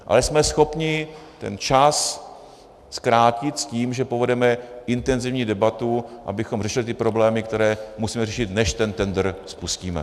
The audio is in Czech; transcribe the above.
Ale jsme schopni ten čas zkrátit s tím, že povedeme intenzivní debatu, abychom řešili problémy, které musíme řešit, než ten tendr spustíme.